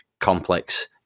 complex